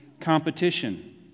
competition